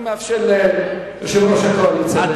אני מאפשר ליושב-ראש הקואליציה.